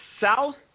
South